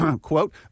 quote